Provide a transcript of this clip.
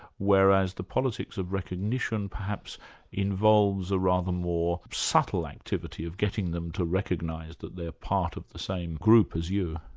whereas the politics of recognition perhaps involves a rather more subtle activity of getting them to recognise that they're part of the same group as you.